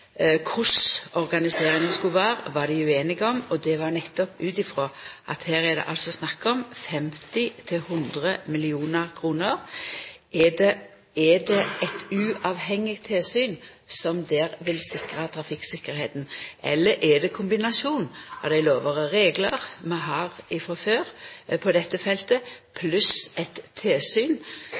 skulle vera, var dei ueinige om, nettopp ut ifrå at her er det snakk om 50–100 mill. kr. Er det eit uavhengig tilsyn som her vil sikra trafikktryggleiken, eller er det ein kombinasjon av dei lover og reglar som vi har frå før på dette feltet, pluss eit tilsyn